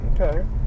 Okay